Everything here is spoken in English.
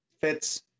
fits